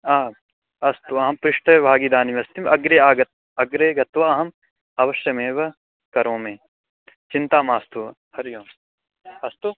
आ अस्तु अहं पृष्ठभागे इदानीम् अस्ति अग्रे आगत्य अग्रे गत्वा अहम् अवश्यमेव करोमि चिन्ता मास्तु हरिः ओम् अस्तु